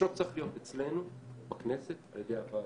השוט צריך להיות אצלנו בכנסת על-ידי הוועדות,